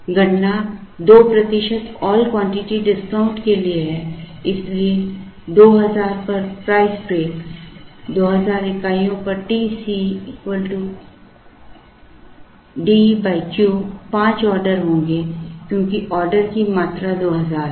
गणना 2 प्रतिशत all quantity discount के लिए हैं इसलिए 2000 पर प्राइस ब्रेक 2000 इकाइयों पर TC D Q पांच ऑर्डर होंगे क्योंकि ऑर्डर की मात्रा 2000 पर है